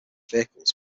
vehicles